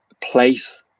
place